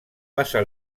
passa